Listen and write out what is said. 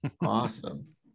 awesome